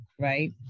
right